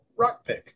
rockpick